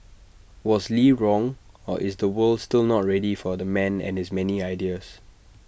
was lee wrong or is the world still not ready for the man and his many ideas